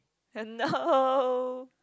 no